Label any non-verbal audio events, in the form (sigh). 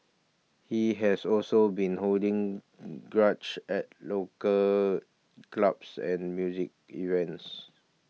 he has also been holding (unintelligible) at local clubs and music events